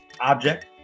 object